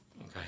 Okay